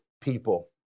people